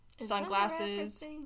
sunglasses